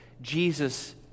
Jesus